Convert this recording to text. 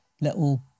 little